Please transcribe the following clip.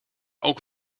ook